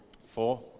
four